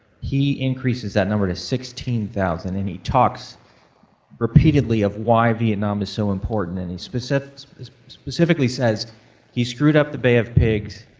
he increases that number to sixteen thousand and he talks repeatedly of why vietnam is so important. and and he specifically says he screwed up the bay of pigs,